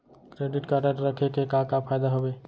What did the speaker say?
Credit card रखे के का का फायदा हवे?